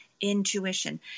intuition